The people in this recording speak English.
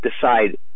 decide